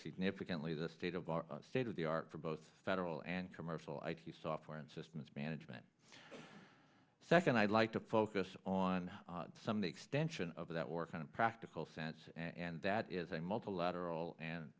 significantly the state of our state of the art for both federal and commercial id software and systems management second i'd like to focus on some of the extension of that work in a practical sense and that is a multilateral and